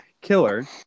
killer